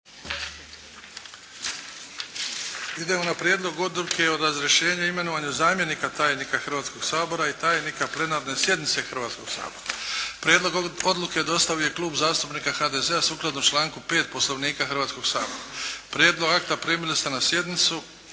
Idemo na Prijedlog odluke o razrješenju imenovanja zamjenika tajnika Hrvatskoga sabora i tajnika Plenarne sjednice Hrvatskoga sabora. 6. Imenovanje zamjenika tajnika Hrvatskoga sabora Prijedlog Odluke dostavio je Klub zastupnika HDZ-a sukladno članku 5. Poslovnika Hrvatskoga sabora. Prijedlog akta primili ste na sjednici.